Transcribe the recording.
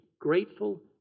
grateful